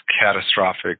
catastrophic